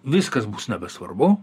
viskas bus nebesvarbu